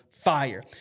fire